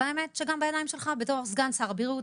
והאמת שגם בידיים שלך בתור סגן שר הבריאות,